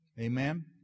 Amen